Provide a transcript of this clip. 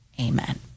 amen